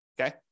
okay